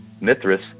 Mithras